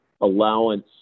allowance